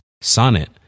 Sonnet